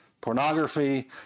pornography